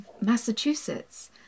Massachusetts